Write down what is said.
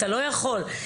לא יכול,